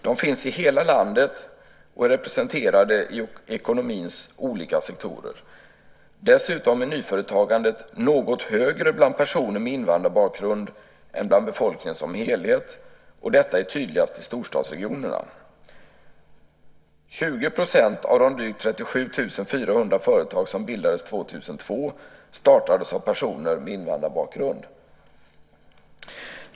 De finns i hela landet och är representerade i ekonomins olika sektorer. Dessutom är nyföretagandet något högre bland personer med invandrarbakgrund än bland befolkningen som helhet, och detta är tydligast i storstadsregionerna. 20 % av de drygt 37 400 företag som bildades 2002 startades av personer med invandrarbakgrund.